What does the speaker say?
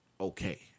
okay